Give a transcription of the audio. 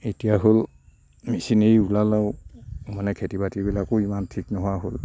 এতিয়া হ'ল মেছিনেৰী ওলাল আৰু মানে খেতিবাতিবিলাকো ইমান ঠিক নোহোৱা হ'ল